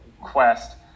Quest